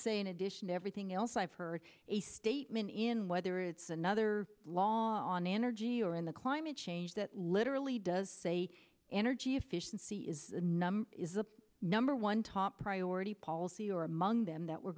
say in addition to everything else i've heard a statement and whether it's another law one energy or in the climate change that literally does say energy efficiency is number is the number one top priority policy or among them that we're